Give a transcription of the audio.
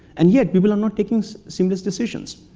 and yet people are not taking so seamless decisions.